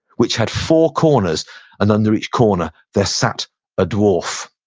which had four corners and under each corner there sat a dwarf